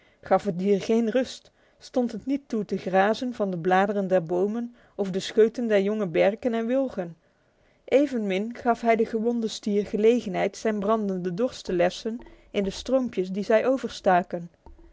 gaf het dier geen rust stond het niet toe te grazen van de bladeren der bomen of de scheuten der jonge berken en wilgen evenmin gaf hij den gewonden stier gelegenheid zijn brandende dorst te lessen in de stroompjes die zij